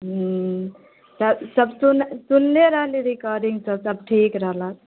ह्म्म तऽ सभ सुन सुनले रहली रिकॉर्डिंगसभ सभ ठीक रहलक